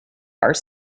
are